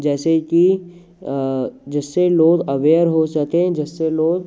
जैसे कि जिससे लोग अवेयर हो सकें जिससे लोग